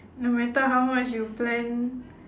no matter how much you plan